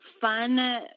fun